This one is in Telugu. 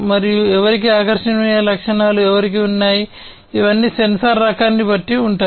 మరియు ఎవరికి ఆకర్షణీయమైన లక్షణాలు ఎవరికి ఉన్నాయి ఇవన్నీ సెన్సార్ రకాన్ని బట్టి ఉంటాయి